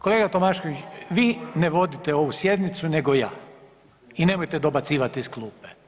Kolega Tomašević vi ne vodite ovu sjednicu nego ja i nemojte dobacivati iz klupe.